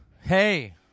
hey